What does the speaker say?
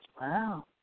Wow